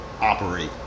operate